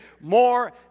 more